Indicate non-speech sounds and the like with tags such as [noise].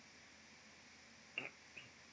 [coughs]